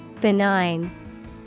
Benign